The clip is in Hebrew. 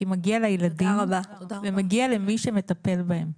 כי מגיע לילדים ומגיע למי שמטפל בהם.